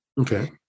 Okay